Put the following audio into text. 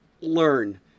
Learn